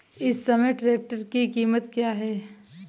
इस समय ट्रैक्टर की कीमत क्या है?